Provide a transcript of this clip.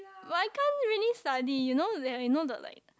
but I can't really study you know that you know the like